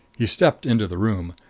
he stepped into the room,